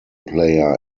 player